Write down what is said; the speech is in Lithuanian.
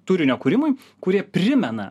turinio kūrimui kurie primena